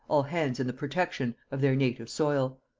all hands in the protection, of their native soil.